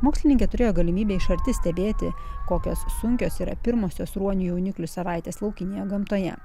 mokslininkė turėjo galimybę iš arti stebėti kokios sunkios yra pirmosios ruonių jauniklių savaites laukinėje gamtoje